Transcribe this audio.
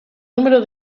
número